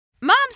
Moms